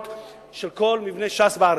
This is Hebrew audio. והשכירויות של כל מבני ש"ס בארץ.